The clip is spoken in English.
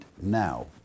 now